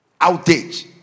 outage